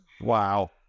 Wow